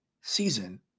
season